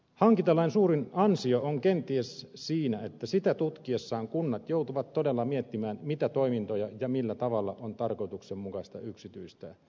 hankintalain suurin ansio on kenties siinä että sitä tutkiessaan kunnat joutuvat todella miettimään mitä toimintoja ja millä tavalla on tarkoituksenmukaista yksityistää